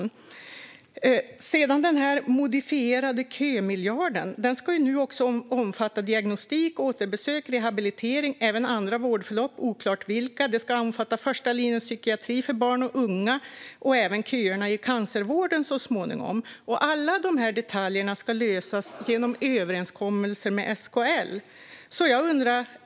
När det gäller den modifierade kömiljarden ska den nu också omfatta diagnostik, återbesök, rehabilitering, även andra vårdförlopp - det är oklart vilka - första linjens psykiatri för barn och unga och även köerna i cancervården så småningom. Alla de här detaljerna ska lösas genom överenskommelser med SKL.